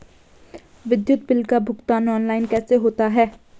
विद्युत बिल का भुगतान ऑनलाइन कैसे होता है?